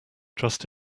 trust